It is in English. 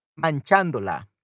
Manchándola